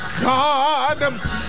God